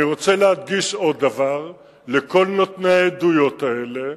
אני רוצה להדגיש עוד דבר לכל נותני העדויות האלה,